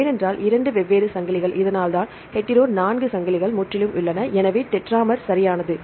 ஏனென்றால் இரண்டு வெவ்வேறு சங்கிலிகள் இதனால்தான் ஹீட்டோரோ 4 சங்கிலிகள் முற்றிலும் உள்ளன எனவே டெட்ராமர் சரியானது